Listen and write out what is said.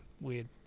weird